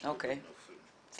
אז